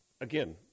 again